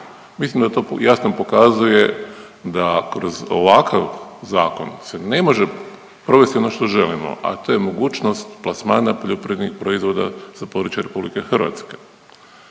Mislim da to jasno pokazuje da kroz ovakav zakon se ne može provesti ono što želimo, a to je mogućnost plasmana poljoprivrednih proizvoda sa područja Republike Hrvatske.